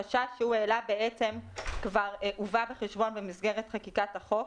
החשש שהוא העלה בעצם כבר הובא בחשבון במסגרת חקיקת החוק,